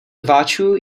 rváčů